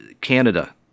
canada